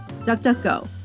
DuckDuckGo